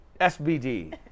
SBD